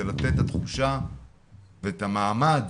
זה לתת את התחושה ואת המעמד